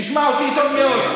תשמע אותי טוב מאוד,